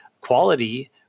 quality